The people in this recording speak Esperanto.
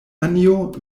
anjo